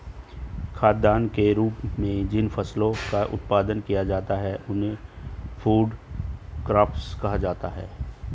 खाद्यान्न के रूप में जिन फसलों का उत्पादन किया जाता है उन्हें फूड क्रॉप्स कहा जाता है